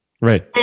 Right